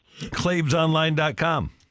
ClavesOnline.com